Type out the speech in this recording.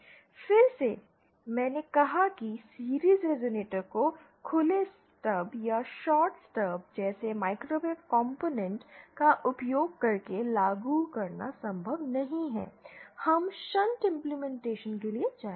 फिर से मैंने कहा कि सीरिज़ रेज़ोनेटर को खुले स्टब या शॉर्ट स्टब जैसे माइक्रोवेव कंपोनेंट्स का उपयोग करके लागू करना संभव नहीं है हम शंट इंपलीमेनटेशन के लिए जाएंगे